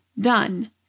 Done